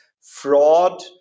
fraud